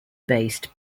based